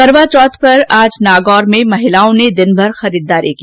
करवा चौथ पर नागौर में महिलाओं ने दिनभर खरीददारी की